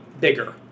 bigger